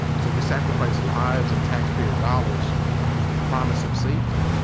so we sacrifice lives and tax payer dollars with the promise of safety,